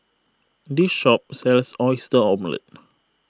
this shop sells Oyster Omelette